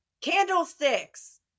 candlesticks